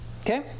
Okay